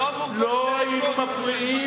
לא היינו מפריעים.